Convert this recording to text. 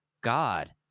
God